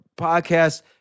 podcast